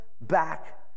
back